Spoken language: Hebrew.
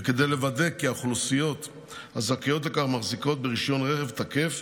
וכדי לוודא כי האוכלוסיות הזכאיות לכך מחזיקות ברישיון רכב תקף,